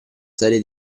serie